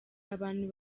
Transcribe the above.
abantu